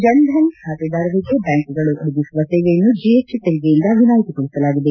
ಜನ್ಧನ್ ಖಾತೆದಾರರಿಗೆ ಬ್ಯಾಂಕ್ಗಳು ಒದಗಿಸುವ ಸೇವೆಯನ್ನು ಜಿಎಸ್ಟಿ ತೆರಿಗೆಯಿಂದ ವಿನಾಯಿತಿಗೊಳಿಸಲಾಗಿದೆ